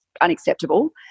unacceptable